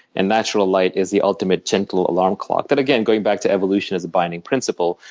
and natural light is the ultimate gentle alarm clock that again, going back to evolution as a binding principle,